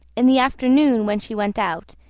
in the afternoon, when she went out,